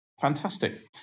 Fantastic